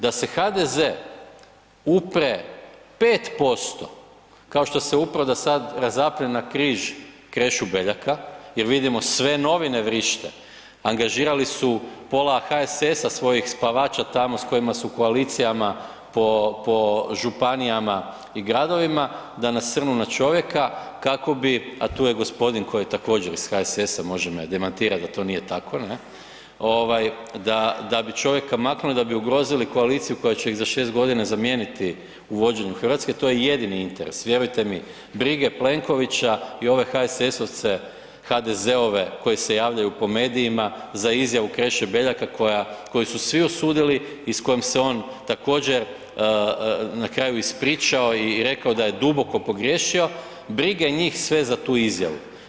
Da se HDZ upre 5% kao što se upro do sad da sad razapne na križ Krešu Beljaka jer vidimo, sve novine vrište, angažirali su pola HSS-a, svoj spavača tamo s kojima su u koalicijama po županijama i gradovima da nasrnu na čovjeka kako bi, a tu je gospodin koji je također iz HSS-a, može me demantirati da to nije tako, ne, da bi čovjeka maknuli, da bi ugrozili koaliciju koja će ih za 6 g. zamijeniti u vođenju Hrvatske, to je jedini interes, vjerujte mi, briga Plenkovića i ove HSS-ovce HDZ-ove koji se javljaju po medijima za izjava Kreše Beljaka koju su svi osudili i s kojom se on također na kraju ispričao i rekao da je duboko pogriješio, briga njih sve za tu izjavu.